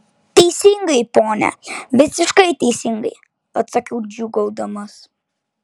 teisingai pone visiškai teisingai atsakiau džiūgaudamas